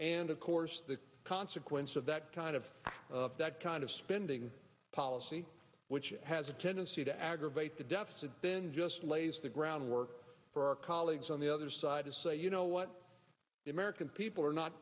and of course the consequence of that kind of of that kind of spending policy which has a tendency to aggravate the deficit been just lays the groundwork for our colleagues on the other side to say you know what the american people are not